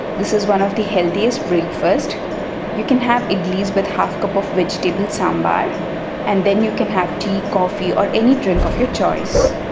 this is one of the healthiest breakfast you can have it with half cup of vegetable sambar and then you can have tea coffee or any drink of your choice.